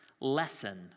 lesson